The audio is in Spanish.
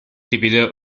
dividido